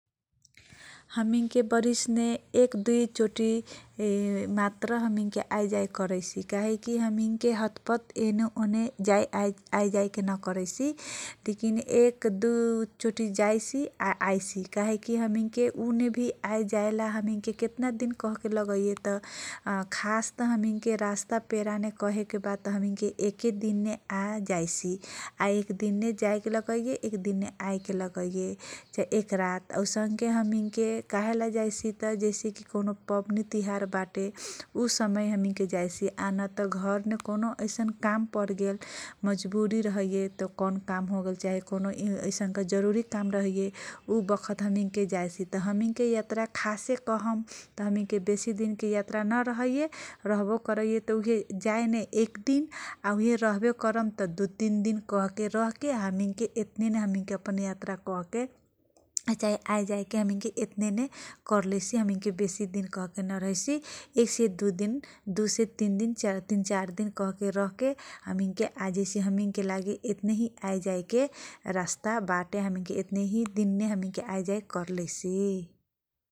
हमिन के बरिसमे एक दुइ चोटी मात्र हमिन सब आए जाए करइसि काहेकी हमिन के हतपत एने ओने आएजाए के नकरसी । ये ने एक दो चोटी जाइसी, आइ के हमिन के उने कि आए जाएला हमिन के केतना ठिक कहके लगइए त खास त हमिनके रस्ता पेरा केल्के बात एके दिनमे आइजाईसी एक दिन जाएके लगत त एक दिन आएके लगइए चाहे एक रात औसन के हमिन के कहेला जाइसि त कौनो पवनी, तिहारबाटे, ऊ समयमे जाइसि नत घरमे कौनो यैसन काम परगेल या मजबुरी रहयै तँ कौनो काम चाहे जरुरी काम रहैये, उ बखत हमिनके जाइसितँ । हमिनके यात्रा खास कहम तँ हमिनके बेसि दिनके यात्रा नरहैयै या रहबो करैये तँ जाने, एक दिन, उहबे रहबेकरैसि तँ, दुइ तीन दिन रहके हमिनके येतनेमे हमिने कहके चाहि आए, जाइके करैसि । हमिनके बेसि दिन नरहैसि । एक, दुई दिन, दुइ तीन चार दिन रहके, हमिनके आजाइसि । हमिनके लागि, आए, जाएके, रास्ता पेरा येतनेहि दिनमे, हमिनके आएजाए करैसि ।